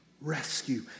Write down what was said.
rescue